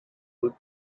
brute